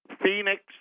Phoenix